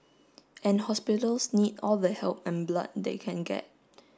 and hospitals need all the help and blood they can get